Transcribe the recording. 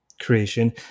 creation